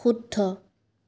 শুদ্ধ